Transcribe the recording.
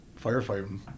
firefighting